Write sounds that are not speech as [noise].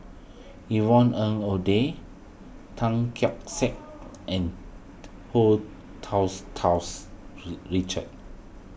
Yvonne Ng Uhde Tan Keong Saik and Hu [unintelligible] Richard